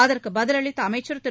அதற்குபதிலளித்தஅமைச்சர் திரு